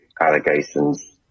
allegations